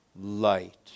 light